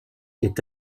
est